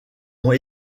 ont